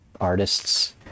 artists